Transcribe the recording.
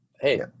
Hey